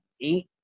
eight